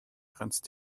grenzt